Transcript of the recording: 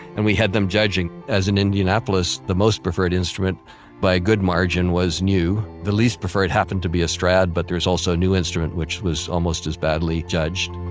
and we had them judging as in indianapolis, the most preferred instrument by a good margin was new. the least preferred happened to be a strad, but there was also a new instrument which was almost as badly judged